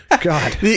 God